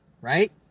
right